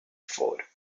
four